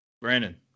Brandon